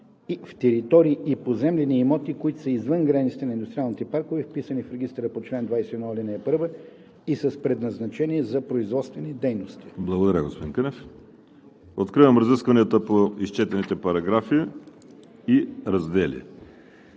в територии и поземлени имоти, които са извън границите на индустриалните паркове, вписани в регистъра по чл. 21, ал. 1, и са с предназначение за производствени дейности.“ ПРЕДСЕДАТЕЛ ВАЛЕРИ СИМЕОНОВ: Благодаря, господин Кънев. Откривам разискванията по изчетените параграфи и раздели.